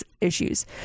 issues